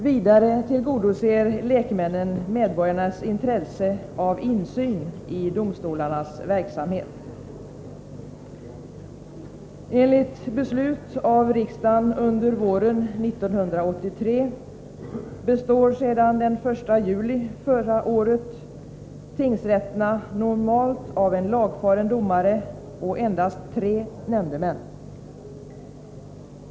Vidare tillgodoser lekmännen medborgarnas intresse av insyn i domstolarnas verksamhet. Enligt beslut av riksdagen under våren 1983 består sedan den 1 juli förra året tingsrätterna normalt av en lagfaren domare och endast tre nämndemän.